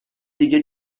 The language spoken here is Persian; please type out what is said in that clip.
دیگه